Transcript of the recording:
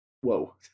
whoa